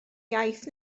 iaith